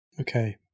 Okay